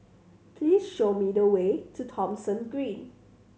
please show me the way to Thomson Green